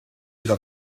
iddo